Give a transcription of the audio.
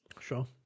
Sure